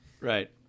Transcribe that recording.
Right